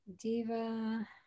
Diva